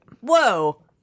Whoa